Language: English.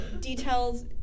details